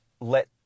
let